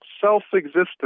self-existent